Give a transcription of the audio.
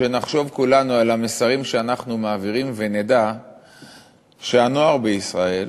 נחשוב כולנו על המסרים שאנחנו מעבירים ונדע שהנוער בישראל